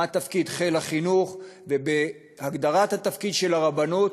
תפקיד חיל החינוך ובהגדרת התפקיד של הרבנות,